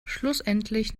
schlussendlich